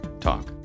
talk